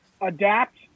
adapt